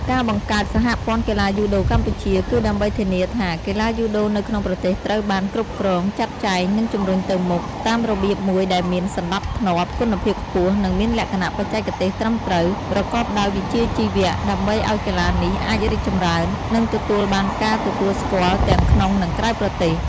ការបង្កើត សហព័ន្ធកីឡាយូដូកម្ពុជា គឺដើម្បីធានាថា កីឡាយូដូនៅក្នុងប្រទេសត្រូវបាន គ្រប់គ្រង ចាត់ចែង និងជំរុញទៅមុខ តាមរបៀបមួយដែលមាន សណ្ដាប់ធ្នាប់ គុណភាពខ្ពស់ និងមានលក្ខណៈបច្ចេកទេសត្រឹមត្រូវ ប្រកបដោយវិជ្ជាជីវៈ ដើម្បីឱ្យកីឡានេះអាចរីកចម្រើន និងទទួលបានការទទួលស្គាល់ទាំងក្នុងនិងក្រៅប្រទេស។